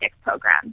program